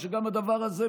הרי שגם הדבר הזה,